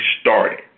started